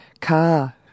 car